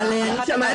הכוונה